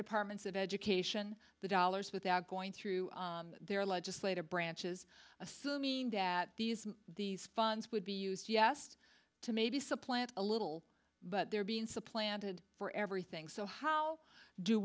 departments of education the dollars without going through their legislative branches assuming that these these funds would be used yes to maybe supplant a little but they're being supplanted for everything so how do